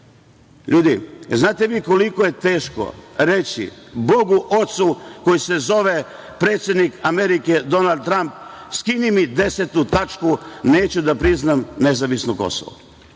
Ljudi, znate li vi koliko je teško reći bogu ocu koji se zove predsednik Amerike Donald Tramp – skini mi 10. tačku, neću da priznam nezavisno